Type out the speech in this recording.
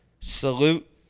Salute